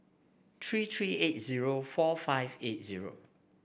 three three eight zero four five eight zero